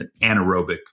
anaerobic